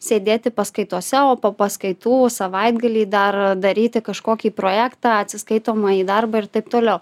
sėdėti paskaitose o po paskaitų savaitgalį dar daryti kažkokį projektą atsiskaitomąjį darbą ir taip toliau